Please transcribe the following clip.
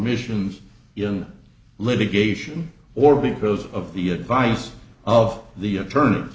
missions in litigation or because of the advice of the attorneys